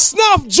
Snuff